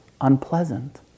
unpleasant